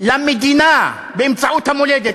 למדינה באמצעות המולדת.